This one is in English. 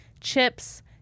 Chips